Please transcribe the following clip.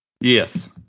Yes